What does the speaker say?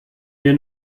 mir